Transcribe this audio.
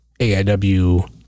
AIW